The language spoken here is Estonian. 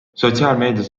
sotsiaalmeedias